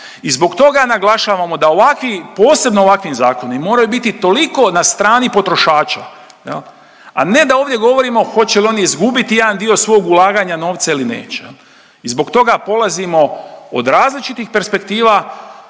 i zbog toga naglašavamo da ovakvi, posebno ovakvi zakoni moraju biti toliko na strani potrošača, a ne da ovdje govorimo hoće li oni izgubiti jedan dio svog ulaganja novca ili neće i zbog toga polazimo od različitih perspektiva,